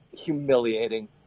humiliating